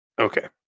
Okay